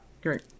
great